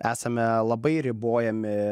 esame labai ribojami